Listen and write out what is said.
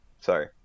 Sorry